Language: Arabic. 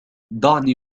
دعني